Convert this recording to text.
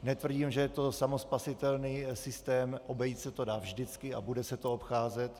Netvrdím, že je to samospasitelný systém, obejít se to dá vždycky a bude se to obcházet.